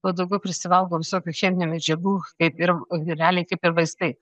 tuo daugiau prisivalgom visokių cheminių medžiagų kaip ir realiai kaip ir vaistai